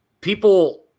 people